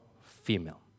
female